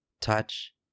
touch